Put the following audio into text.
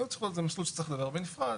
ניוד זכויות זה מסלול שצריך לדבר בנפרד,